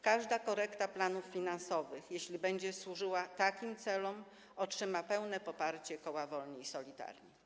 Każda korekta planów finansowych, jeśli będzie służyła takim celom, otrzyma pełne poparcie koła Wolni i Solidarni.